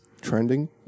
Trending